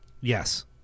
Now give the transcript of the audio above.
Yes